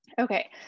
Okay